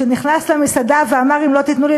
שנכנס למסעדה ואמר: אם לא תיתנו לי